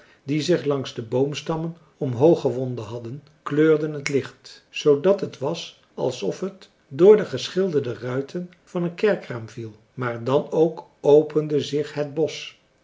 die zich langs de boomstammen omhoog gewonden hadden kleurden het licht zoodat het was alsof het door de geschilderde ruiten van een kerkraam viel maar dan ook opende zich het bosch